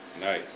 Nice